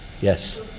yes